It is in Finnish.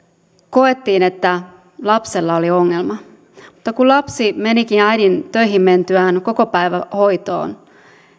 koettiin että lapsella oli ongelma mutta kun lapsi menikin äidin töihin mentyä kokopäivähoitoon